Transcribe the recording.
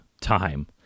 time